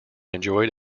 enjoyed